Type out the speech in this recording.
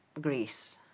Greece